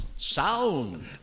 Sound